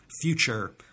future